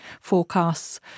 forecasts